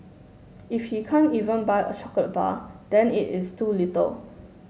if he can't even buy a chocolate bar then it is too little